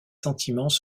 sentiments